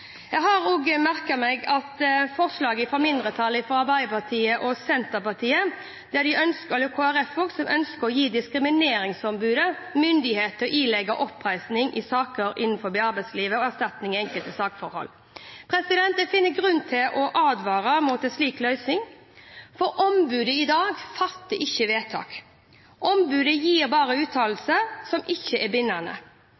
Jeg har også merket meg mindretallsforslaget fra Arbeiderpartiet, der man ønsker å gi diskrimineringsombudet myndighet til å ilegge oppreisning i saker innenfor arbeidslivet og erstatning i enkelte saksforhold. Jeg finner grunn til å advare mot en slik løsning, for ombudet fatter ikke vedtak i dag. Ombudet gir bare